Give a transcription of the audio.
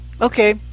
Okay